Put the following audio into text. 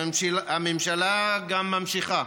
הממשלה גם ממשיכה